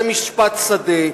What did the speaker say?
זה משפט שדה,